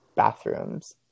bathrooms